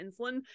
Insulin